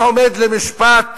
שעומד למשפט